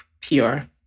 pure